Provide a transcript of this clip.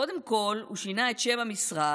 קודם כול, הוא שינה את שם המשרד